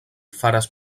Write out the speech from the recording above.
faras